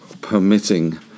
permitting